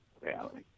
reality